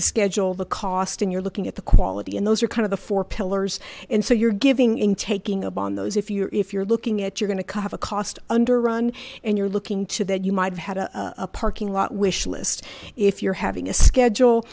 schedule the cost and you're looking at the quality and those are kind of the four pillars and so you're giving and taking upon those if you're if you're looking at you're going to have a cost under run and you're looking to that you might have had a parking lot wish list if you're having a schedule